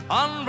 on